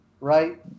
Right